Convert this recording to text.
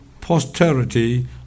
posterity